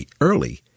early